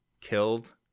killed